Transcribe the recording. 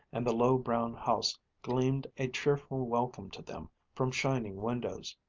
and the low brown house gleamed a cheerful welcome to them from shining windows.